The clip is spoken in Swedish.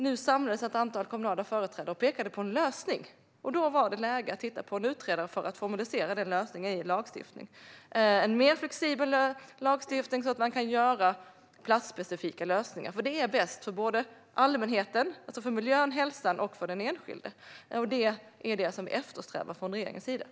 Nu samlades ett antal kommunala företrädare och pekade på en lösning, och då var det läge att titta på en utredare för att formalisera lösningen i en lagstiftning som är mer flexibel så att platsspecifika lösningar kan göras. Detta är bäst för allmänheten, miljön, hälsan och den enskilde, och det är vad vi i regeringen eftersträvar.